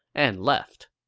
and left.